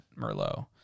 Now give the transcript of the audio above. Merlot